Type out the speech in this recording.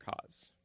cause